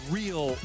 real